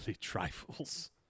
trifles